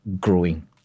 growing